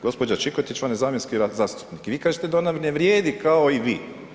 Gospođa Čikotić vam je zamjenski zastupnik i vi kažete da ona ne vrijedi kao i vi.